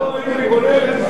1,000 שוטרים על אוהל.